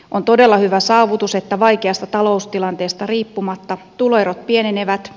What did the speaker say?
on todella hyvä saavutus että vaikeasta taloustilanteesta riippumatta tuloerot pienenevät